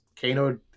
Kano